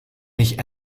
nicht